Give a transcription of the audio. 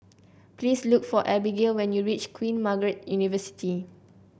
please look for Abigail when you reach Queen Margaret University